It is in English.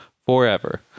Forever